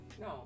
No